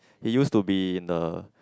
he used to be in a